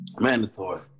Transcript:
Mandatory